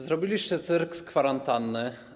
Zrobiliście cyrk z kwarantanny.